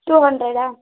two ಅಂಡ್ರೆಡ್ಡಾ